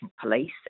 police